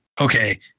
okay